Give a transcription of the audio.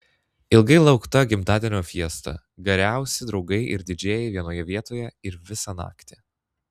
ilgai laukta gimtadienio fiesta geriausi draugai ir didžėjai vienoje vietoje ir visą naktį